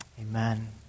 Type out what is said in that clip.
Amen